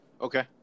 okay